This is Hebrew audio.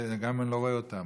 גם אם אני לא רואה אותם.